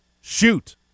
shoot